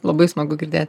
labai smagu girdėt